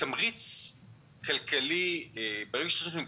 כאשר יש תמריץ כלכלי שלילי,